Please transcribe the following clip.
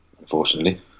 Unfortunately